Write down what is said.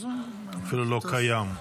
אפילו לא קיים.